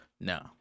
No